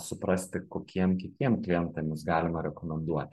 suprasti kokiem kitiem klientam jus galima rekomenduoti